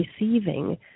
receiving